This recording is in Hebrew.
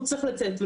הוא צריך וללכת,